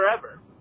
forever